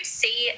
see